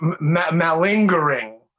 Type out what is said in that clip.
malingering